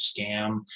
scam